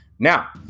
Now